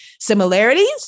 similarities